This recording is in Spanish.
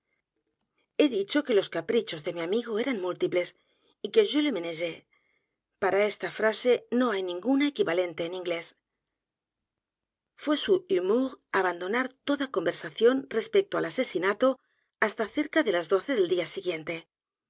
he dicho que los caprichos de mi amigo eran múltiples y que je le ménageais p a r a esta frase no hay ninguna equivalente en inglés f u é su humour abandonar toda conversación respecto al asesinato hasta cerca de las doce del día siguiente